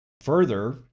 Further